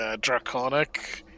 draconic